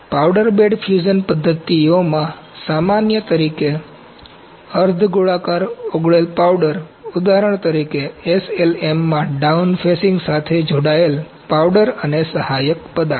powder bed fusion પદ્ધતિઓમાં સામાન્ય તરીકે અર્ધ ઓગળેલ પાવડર ઉદાહરણ તરીકે SLM માં ડાઉન ફેસિંગ સાથે જોડાયેલ પાવડર અને સહાયક પદાર્થ